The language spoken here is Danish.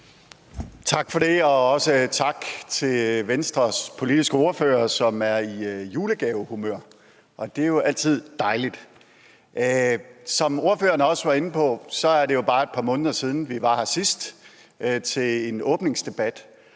Tak for det, og også tak til Venstres politiske ordfører, som er i julegavehumør, og det er jo altid dejligt. Som ordføreren også var inde på, er det jo bare et par måneder siden, vi var her sidst til en åbningsdebat,